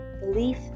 Belief